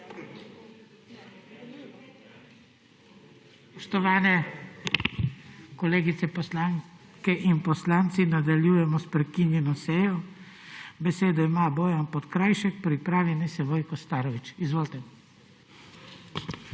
Spoštovane kolegice poslanke in poslanci! Nadaljujemo s prekinjeno sejo. Besedo ima Bojan Podkrajšek, pripravi naj se Vojko Starović. Izvolite.